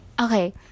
Okay